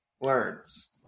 learns